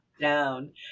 down